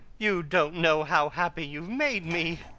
you don't know how happy you've made me.